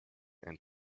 and